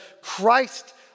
Christ